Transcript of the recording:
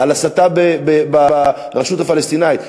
על הסתה ברשות הפלסטינית,